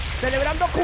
Celebrando